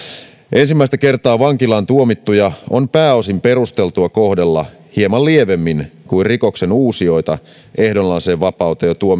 ensimmäistä kertaa vankilaan tuomittuja on pääosin perusteltua kohdella hieman lievemmin kuin rikoksenuusijoita ehdonalaiseen vapauteen